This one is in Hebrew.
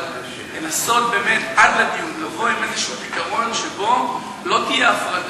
אבל לנסות באמת עד לדיונים לבוא עם איזשהו פתרון שבו לא תהיה הפרדה.